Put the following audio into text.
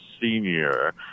senior